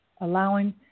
allowing